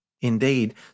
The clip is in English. Indeed